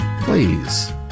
Please